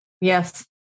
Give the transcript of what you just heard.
Yes